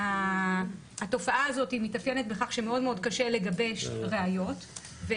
התופעה הזאת מתאפיינת בכך שמאוד קשה לגבש ראיות,